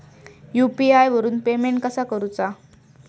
UPI वरून payment कसा करूचा?